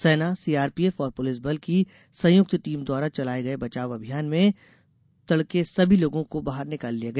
सेना सीआरपीएफ और पुलिस बल की संयुक्त टीम द्वारा चलाये गये बचाव अभियान में तड़के सभी लोगों को बाहर निकाल लिया गया